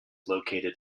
located